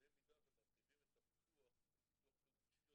במידה ומרחיבים את ביטוח תאונות אישיות